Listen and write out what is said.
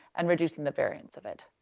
and reducing the variance of it.